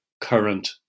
current